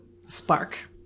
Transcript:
spark